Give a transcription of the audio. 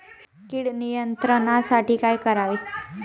कीड नियंत्रणासाठी काय करावे?